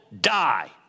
die